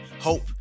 hope